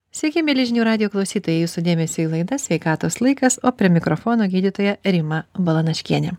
sveiki mieli žinių radijo klausytojai jūsų dėmesiui laida sveikatos laikas o prie mikrofono gydytoja rima balanaškienė